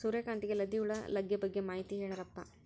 ಸೂರ್ಯಕಾಂತಿಗೆ ಲದ್ದಿ ಹುಳ ಲಗ್ಗೆ ಬಗ್ಗೆ ಮಾಹಿತಿ ಹೇಳರಪ್ಪ?